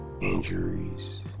injuries